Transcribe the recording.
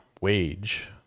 wage